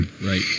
Right